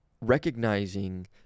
recognizing